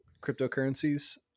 cryptocurrencies